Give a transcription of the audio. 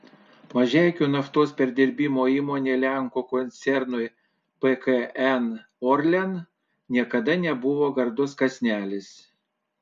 mažeikių naftos perdirbimo įmonė lenkų koncernui pkn orlen niekada nebuvo gardus kąsnelis